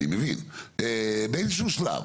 אני מבין, באיזשהו שלב.